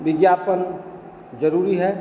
विज्ञापन ज़रूरी है